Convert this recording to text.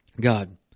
God